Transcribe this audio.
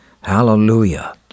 Hallelujah